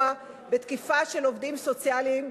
בתקיפה של עובדים סוציאליים,